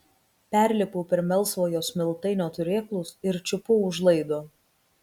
perlipau per melsvojo smiltainio turėklus ir čiupau už laido